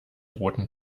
roten